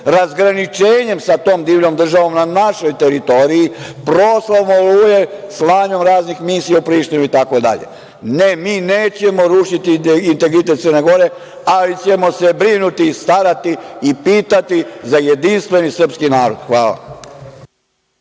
razgraničenje sa tom divljom državom na našoj teritoriji, proslavom „Oluje“, slanjem raznih misija u Prištinu itd. Ne, mi nećemo rušiti integritet Crne Gore, ali ćemo se brinuti i starati i pitati za jedinstveni srpski narod. Hvala.